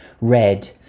red